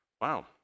Wow